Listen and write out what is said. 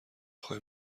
خوای